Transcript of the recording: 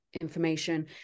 information